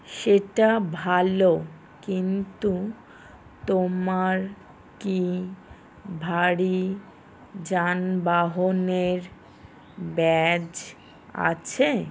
সেটা ভালো কিন্তু তোমার কি ভারী যানবাহনের ব্যাজ আছে